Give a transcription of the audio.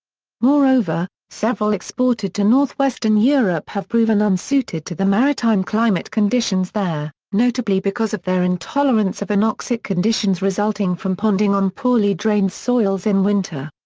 moreover, several exported to northwestern europe have proven unsuited to the maritime climate conditions there, notably because of their intolerance of anoxic conditions resulting from ponding on poorly drained soils in winter.